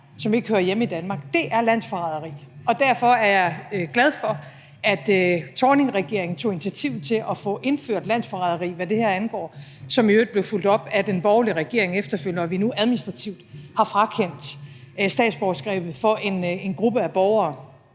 som ikke hører hjemme i Danmark. Det er landsforræderi. Derfor er jeg glad for, at Thorning-regeringen tog initiativ til at få indført landsforræderi, hvad det her angår, som i øvrigt blev fulgt op af den borgerlige regering efterfølgende, og at vi nu administrativt har frakendt statsborgerskabet for en gruppe af borgere,